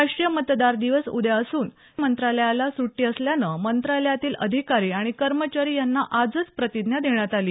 राष्ट्रीय मतदार दिवस उद्या असून मंत्रालयाला सुट्टी असल्यानं मंत्रालयातील अधिकारी आणि कर्मचारी यांना आजचं प्रतिज्ञा देण्यात आली